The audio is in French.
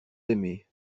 aimez